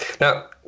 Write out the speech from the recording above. Now